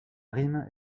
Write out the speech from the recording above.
rime